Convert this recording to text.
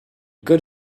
good